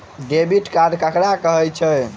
Debit card ककरा कहै छै?